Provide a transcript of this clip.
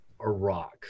Iraq